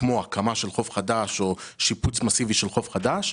כמו הקמה של חוף חדש או שיפוץ מסיבי של חוף חדש,